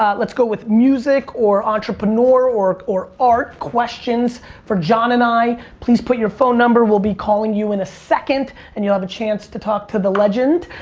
ah let's go with music or entrepreneur or or art questions for john and i. please put your phone number, we'll be calling you in a second and you'll have a chance to talk to the legend.